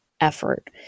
effort